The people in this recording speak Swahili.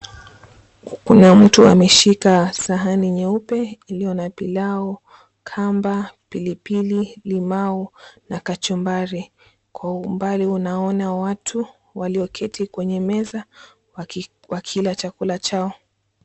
Kuna mtu ameshika sahani nyeupe iliyo na pilau, kamba, pilipili, limau na kachumbari. Kwa umbali unaona watu walioketi kwenye meza wakila chakula chao.